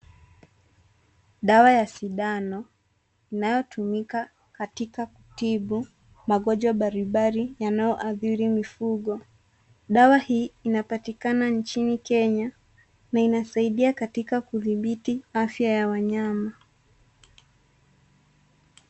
Dawa ya sindano inayotumika katika kutibu magonjwa mbalimbali yanayoathiri mifugo. Dawa hii inapatikana nchini Kenya na inasaidia katika kudhibiti afya ya wanyama.